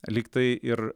lyg tai ir